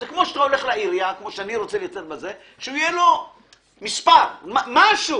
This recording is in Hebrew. זה כמו שאתה הולך לעירייה ויהיה לו מספר, משהו;